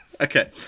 Okay